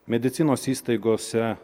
medicinos įstaigose